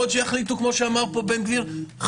יכול להיות שיחליטו שחשוב מאוד, וצריך לתת.